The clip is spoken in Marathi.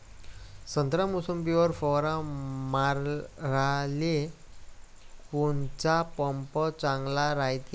संत्रा, मोसंबीवर फवारा माराले कोनचा पंप चांगला रायते?